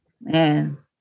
Man